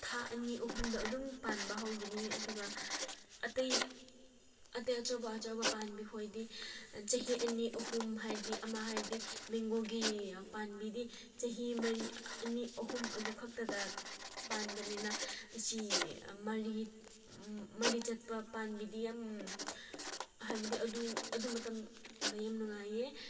ꯊꯥ ꯑꯅꯤ ꯑꯍꯨꯝꯗ ꯑꯗꯨꯝ ꯄꯥꯟꯕ ꯍꯧꯒꯅꯤ ꯑꯗꯨꯒ ꯑꯇꯩ ꯑꯇꯩ ꯑꯆꯧꯕ ꯑꯆꯧꯕ ꯄꯥꯟꯕꯈꯣꯏꯗꯤ ꯆꯍꯤ ꯑꯅꯤ ꯑꯍꯨꯝ ꯍꯥꯏꯔꯗꯤ ꯑꯃ ꯍꯥꯏꯔꯗꯤ ꯃꯦꯡꯒꯣꯒꯤ ꯄꯥꯟꯕꯤꯗꯤ ꯆꯍꯤ ꯃꯔꯤ ꯑꯅꯤ ꯑꯍꯨꯝ ꯑꯗꯨꯈꯛꯇꯗ ꯄꯥꯟꯕꯅꯤꯅ ꯑꯁꯤ ꯃꯔꯤ ꯃꯔꯤ ꯆꯠꯄ ꯄꯥꯝꯕꯤꯗꯤ ꯌꯥꯝ ꯍꯥꯏꯕꯗꯤ ꯑꯗꯨ ꯑꯗꯨ ꯃꯇꯝꯗ ꯌꯥꯝ ꯅꯨꯡꯉꯥꯏꯌꯦ